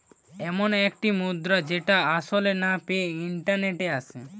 এমন একটি মুদ্রা যেটা আসলে না পেয়ে ইন্টারনেটে আসে